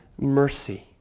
mercy